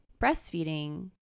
breastfeeding